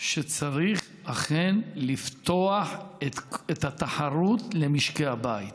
היא שצריך אכן לפתוח את התחרות למשקי הבית.